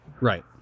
Right